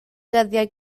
dyddiau